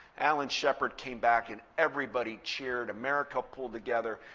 alan shepard came back, and everybody cheered. america pulled together.